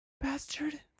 Bastard